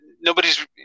nobody's